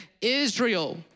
Israel